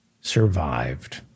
survived